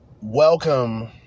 welcome